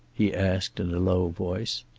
he asked, in a low voice.